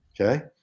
Okay